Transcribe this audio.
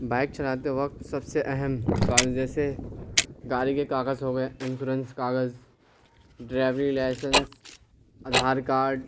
bike چلاتے وقت سب سے اہم حفاظت جیسے گاڑی کے کاغذ ہو گئے انشورنس کاغذ ڈرائیوری لائسنس ادھار کارڈ